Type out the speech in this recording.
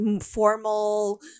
formal